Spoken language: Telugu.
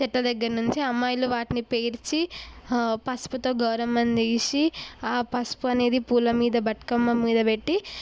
చెట్ల దగ్గర నుంచి అమ్మాయిలు వాటిని పేర్చి పసుపుతో గౌరమ్మను తీసి ఆ పసుపు అనేది పూల మీద బతుకమ్మ మీద పెట్టి